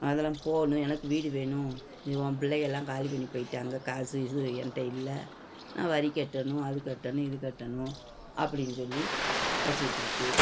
அதெல்லாம் போகணும் எனக்கு வீடு வேணும் இது உன் பிள்ளைங்களாம் காலிப் பண்ணி போய்விட்டாங்க காசு கீசு என்கிட்ட இல்லை நான் வரி கட்டணும் அது கட்டணும் இது கட்டணும் அப்படின்னு சொல்லி வச்சுக்கிட்டு இருக்குது